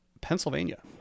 Pennsylvania